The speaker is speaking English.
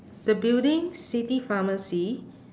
the building city pharmacy